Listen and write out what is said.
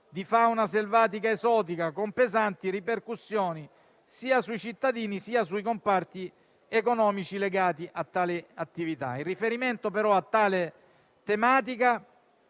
di fauna selvatica esotica, con pesanti ripercussioni sia sui cittadini, sia sui comparti economici legati a tale attività. In riferimento però a tale tematica,